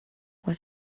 what